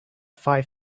five